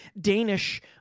Danish